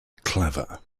clever